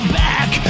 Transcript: back